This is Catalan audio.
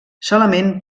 solament